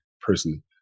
person